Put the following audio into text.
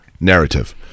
narrative